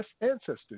ancestors